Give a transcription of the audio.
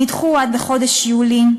נדחו עד חודש יולי.